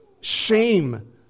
shame